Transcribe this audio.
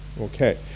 Okay